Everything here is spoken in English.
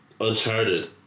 Uncharted